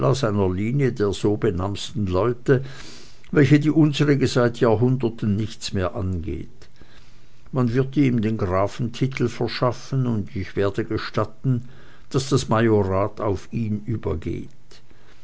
der so benamsten leute welche die unsrige seit jahrhunderten nichts mehr angeht man wird ihm den grafentitel verschaffen und ich werde gestatten daß das majorat auf ihn übergeht